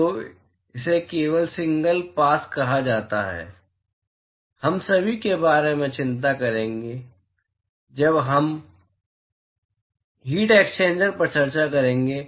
तो इसे केवल सिंगल पास कहा जाता है हम सभी के बारे में चिंता करेंगे जब हम हीट एक्सचेंजर्स पर चर्चा करेंगे